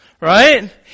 right